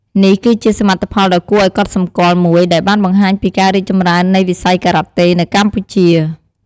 នេះគឺជាសមិទ្ធផលដ៏គួរឲ្យកត់សម្គាល់មួយ ដែលបានបង្ហាញពីការរីកចម្រើននៃវិស័យការ៉ាតេនៅកម្ពុជា។